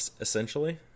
Essentially